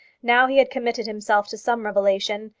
now he had committed himself to some revelation,